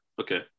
okay